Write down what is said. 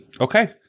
Okay